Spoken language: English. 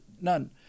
none